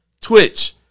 Twitch